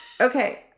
Okay